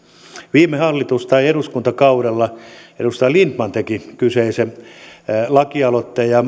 viime eduskuntakaudella edustaja lindtman teki kyseisen lakialoitteen ja